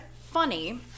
funny